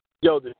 Yo